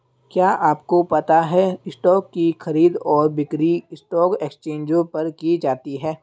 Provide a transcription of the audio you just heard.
क्या आपको पता है स्टॉक की खरीद और बिक्री स्टॉक एक्सचेंजों पर की जाती है?